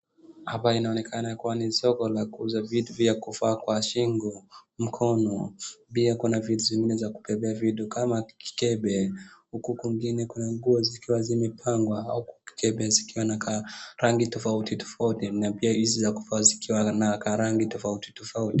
Hapa inaonekana kuwa ni soko la kuuza vitu vya kuvaa kwa shingo , mkono .Pia kuna vitu zingine za kubebea vitu kama kikebe , huku kwingine kuna nguo zikiwa zimepangwa huku kikebe zikiwa na karangi tofauti tofauti na pia hizi za kuvaa zikiwa na karangi tofauti tofauti.